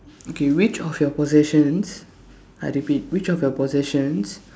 okay which of your possessions I repeat which of your possessions